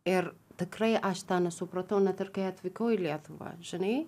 ir tikrai aš to nesupratau net ir kai atvykau į lietuvą žinai